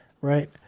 right